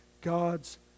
God's